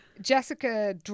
Jessica